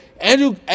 Andrew